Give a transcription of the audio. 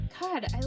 god